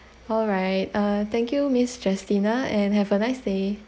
all right uh thank you miss justina and have a nice day